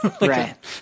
Right